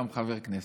גם חבר כנסת.